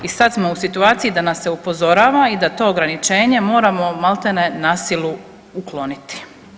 I sad smo u situaciji da nas se upozorava i da to ograničenje moramo maltene na silu ukloniti.